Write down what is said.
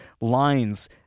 lines